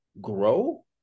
grow